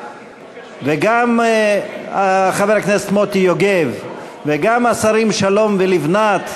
וגם חבר הכנסת מוטי יוגב וגם השרים שלום ולבנת.